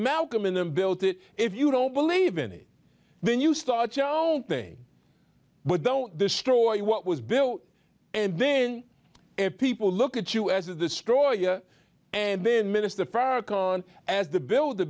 malcolm in and built it if you don't believe in it then you start your own thing but don't destroy what was built and then people look at you as a destroyer and then minister farrakhan as the build the